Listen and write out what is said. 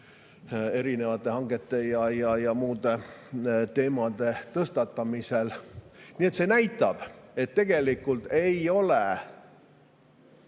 erinevate hangete ja muude teemade tõstatamisel! See näitab, et tegelikult ei ole